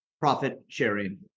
profit-sharing